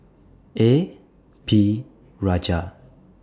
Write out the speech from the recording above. A P Rajah